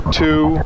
two